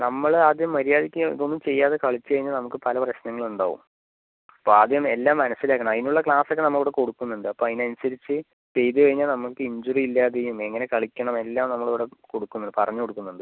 നമ്മൾ ആദ്യം മര്യാദയ്ക്ക് ഇതൊന്നും ചെയ്യാതെ കളിച്ച് കഴിഞ്ഞാൽ നമുക്ക് പല പ്രശ്നങ്ങളും ഉണ്ടാവും അപ്പോൾ ആദ്യം എല്ലാം മനസ്സിലാക്കണം അതിന് ഉള്ള ക്ലാസ്സ് ഒക്കെ നമ്മൾ ഇവിടെ കൊടുക്കുന്നുണ്ട് അപ്പോൾ അതിന് അനുസരിച്ച് ചെയ്ത് കഴിഞ്ഞാൽ നമുക്ക് ഇഞ്ചുറി ഇല്ലാതെയും എങ്ങനെ കളിക്കണം എല്ലാം നമ്മൾ ഇവിടെ കൊടുക്കുന്ന പറഞ്ഞ് കൊടുക്കുന്നുണ്ട്